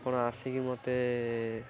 ଆପଣ ଆସିକି ମୋତେ